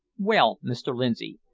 well, mr lindsay,